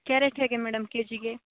carrot ಹೇಗೆ madam K ಜಿಗೆ